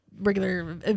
regular